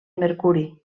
mercuri